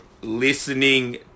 listening